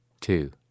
two